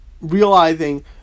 realizing